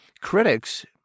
critics